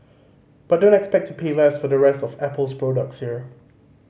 but don't expect to pay less for the rest of Apple's products here